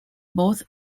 both